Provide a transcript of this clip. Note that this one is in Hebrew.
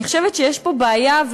אני חושבת שיש פה בעיה,